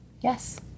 Yes